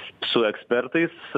su ekspertais